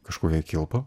kažkokia kilpa